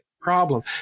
problem